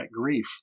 grief